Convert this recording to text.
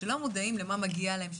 שלא מודעים למה שמגיע להם,